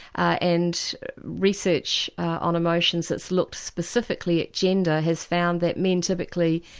and research on emotions that's looked specifically at gender has found that men typically,